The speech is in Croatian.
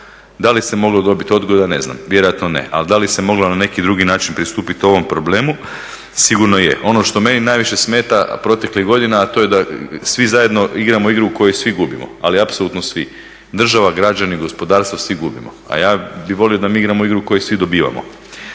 Da li se moglo dobit odgoda ne znam, vjerojatno ne, ali da li se moglo na neki drugi način pristupit ovom problemu sigurno je. Ono što meni najviše smeta proteklih godina, a to je da svi zajedno igramo igru u kojoj svi gubimo, ali apsolutno svi: država, građani, gospodarstvo, svi gubimo, a ja bih volio da mi igramo igru u kojoj svi dobivamo,